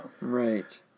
Right